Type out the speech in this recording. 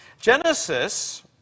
Genesis